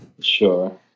sure